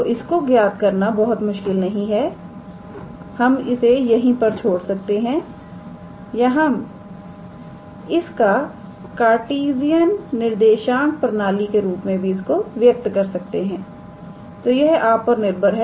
तो इसको ज्ञात करना बहुत मुश्किल नहीं है हम इसे यहीं पर छोड़ सकते हैं या हम इसे का कार्टीजन निर्देशांक प्रणाली के रूप में भी व्यक्त कर सकते हैं तो यह आप पर निर्भर है